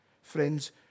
Friends